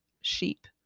sheep